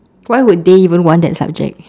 why would they even want that subject